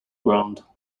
ground